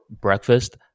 breakfast